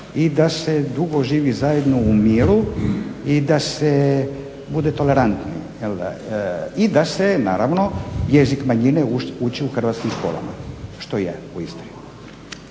i da se dugo živi zajedno u miru i da se bude tolerantni, jel i da se naravno jezik manjine ući u hrvatskim školama što je u Istri.